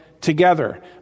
together